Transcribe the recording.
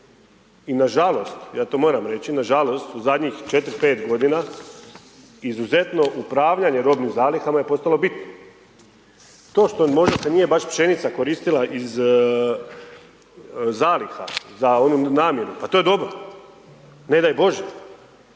i na žalost, ja to moram reći, nažalost u zadnjih 4, 5 godina izuzetno upravljanje robnim zalihama je postalo bitno. To što možda se nije baš pšenica koristila iz zaliha za onu namjenu pa to je dobro, ne daj Bože,